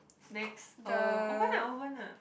snacks uh open ah open ah